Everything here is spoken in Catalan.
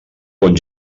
bon